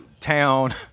town